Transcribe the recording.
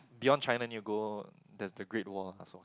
beyond China you go there's the Great Wall also